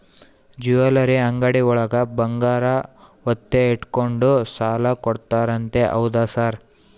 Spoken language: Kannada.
ಜ್ಯುವೆಲರಿ ಅಂಗಡಿಯೊಳಗ ಬಂಗಾರ ಒತ್ತೆ ಇಟ್ಕೊಂಡು ಸಾಲ ಕೊಡ್ತಾರಂತೆ ಹೌದಾ ಸರ್?